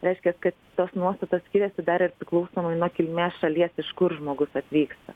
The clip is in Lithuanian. reiškia kad tos nuostatos skiriasi dar ir priklausomai nuo kilmės šalies iš kur žmogus atvyksta